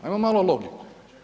Ajmo malo logike.